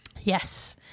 Yes